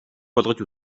болгож